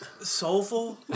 soulful